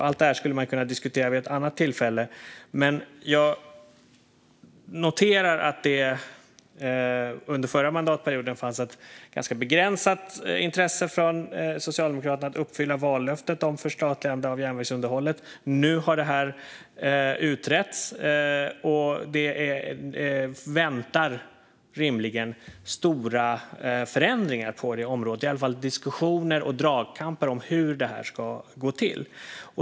Allt detta skulle man kunna diskutera vid ett annat tillfälle, men jag noterar att det under förra mandatperioden fanns ett ganska begränsat intresse från Socialdemokraterna av att uppfylla vallöftet om förstatligande av järnvägsunderhållet. Nu har detta utretts, och rimligen väntar stora förändringar på området - eller i alla fall diskussioner och dragkamper om hur det ska gå till.